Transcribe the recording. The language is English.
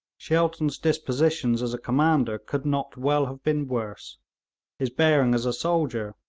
shelton's dispositions as a commander could not well have been worse his bearing as a soldier,